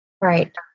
Right